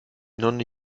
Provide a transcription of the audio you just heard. nonne